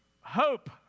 hope